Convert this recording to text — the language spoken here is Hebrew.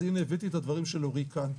אז הנה, הבאתי את הדברים של אורי לכאן.